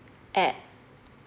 at